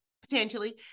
potentially